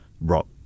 rock